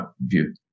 view